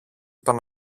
τον